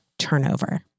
turnover